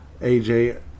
AJ